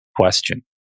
question